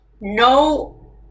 no